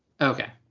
Okay